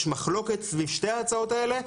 יש מחלוקת סביב שתי ההצעות האלה,